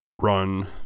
run